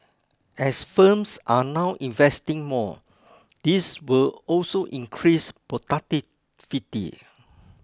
as firms are now investing more this will also increase productivity